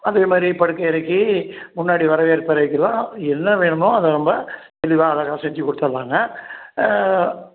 அதே மாதிரி படுக்கை அறைக்கு முன்னாடி வரவேற்பு அறை வைக்கிறோம் என்ன வேணுமோ அதை நம்ப தெளிவாக அழகாக செஞ்சு கொடுத்துட்லாங்க